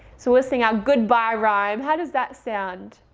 so we'll sing our goodbye rhyme. how does that sound?